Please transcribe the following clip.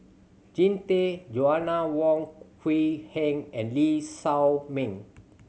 Jean Tay Joanna Wong Quee Heng and Lee Shao Meng